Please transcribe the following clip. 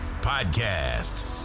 Podcast